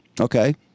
Okay